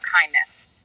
kindness